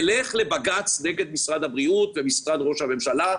נלך לבג"צ נגד משרד הבריאות ומשרד ראש הממשלה והממשלה,